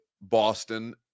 Boston